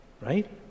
right